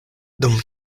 dum